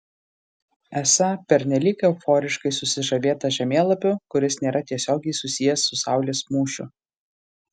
esą pernelyg euforiškai susižavėta žemėlapiu kuris nėra tiesiogiai susijęs su saulės mūšiu